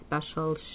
special